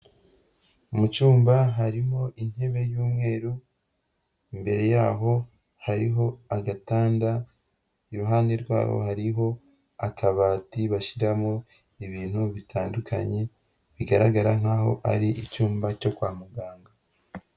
Mu cyumba harimo intebe y'umweru, imbere yaho hariho agatanda, iruhande rwaho hariho akabati bashyiramo ibintu bitandukanye, bigaragara nk'aho ari icyumba cyo kwa muganga.